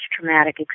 traumatic